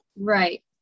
right